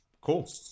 cool